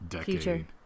future